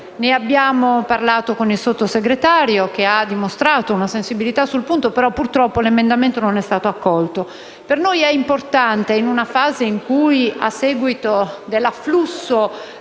Ne abbiamo parlato con il Sottosegretario, che ha dimostrato una sensibilità sul punto, ma purtroppo l'emendamento non è stato accolto. In una fase in cui, a seguito dell'afflusso